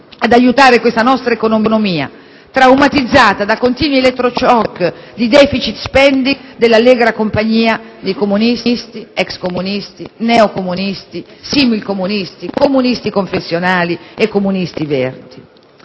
che aiutare questa nostra economia traumatizzata da continui elettroshock di *deficit spending* dell'allegra compagnia di comunisti, ex comunisti, neocomunisti, similcomunisti, comunisti confessionali e comunisti verdi.